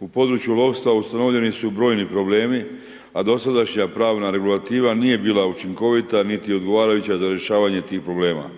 U području lovstva ustanovljeni su brojni problemi a dosadašnja pravna regulativa nije bila učinkovita niti odgovarajuća za rješavanja tih problema.